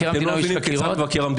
אתם לא מבינים כיצד מבקר המדינה עובד.